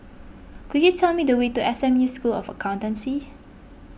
could you tell me the way to S M U School of Accountancy